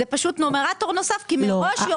זה פשוט נומרטור נוסף כי מראש יאמרו